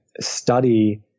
study